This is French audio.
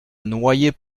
noyers